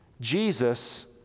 Jesus